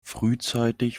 frühzeitig